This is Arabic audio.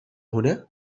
هنا